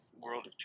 world